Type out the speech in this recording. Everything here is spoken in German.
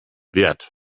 wert